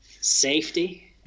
Safety